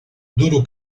duro